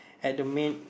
at the main